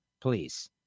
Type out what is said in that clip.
please